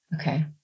okay